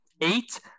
eight